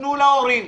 תפנו להורים